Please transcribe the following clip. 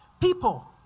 people